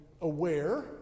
aware